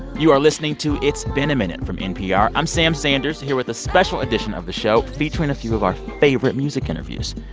you are listening to it's been a minute from npr. i'm sam sanders here with a special edition of the show featuring a few of our favorite music interviews.